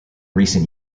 recent